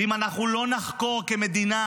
ואם אנחנו לא נחקור כמדינה,